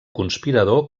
conspirador